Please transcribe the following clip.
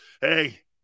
Hey